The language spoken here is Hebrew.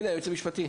היועץ המשפטי.